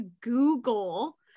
Google